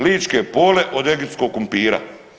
Ličke pole od egipskog kumpira.